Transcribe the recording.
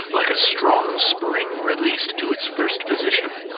like a strong spring released, to its first position,